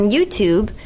YouTube